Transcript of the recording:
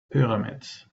pyramids